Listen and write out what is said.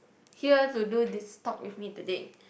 here to do this talk with me today